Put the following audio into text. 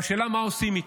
והשאלה מה עושים איתה.